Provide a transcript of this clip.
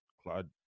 Claude